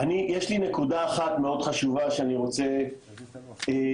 יש לי נקודה אחת שאני רוצה לחדד,